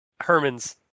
Herman's